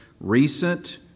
recent